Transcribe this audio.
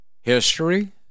History